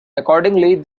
accordingly